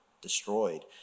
destroyed